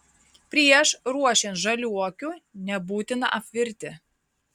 prieš ruošiant žaliuokių nebūtina apvirti